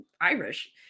Irish